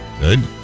Good